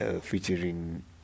featuring